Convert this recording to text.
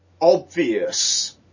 obvious